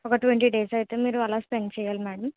ఒక twenty days అయితే మీరు అలా స్పెండ్ చేయాలి మేడం